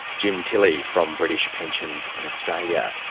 jim tilley, from british pensions in australia.